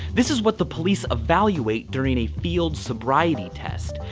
this is what the police evaluate during a field sobriety test.